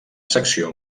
secció